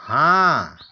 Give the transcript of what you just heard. हाँ